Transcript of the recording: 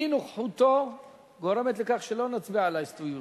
אי-נוכחותו גורמת לכך שלא נצביע על ההסתייגויות.